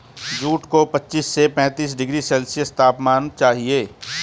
jute को पच्चीस से पैंतीस डिग्री सेल्सियस तापमान चाहिए